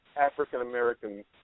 African-American